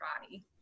body